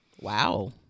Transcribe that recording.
Wow